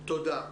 תודה.